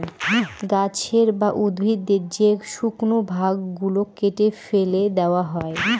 গাছের বা উদ্ভিদের যে শুকনো ভাগ গুলো কেটে ফেলে দেওয়া হয়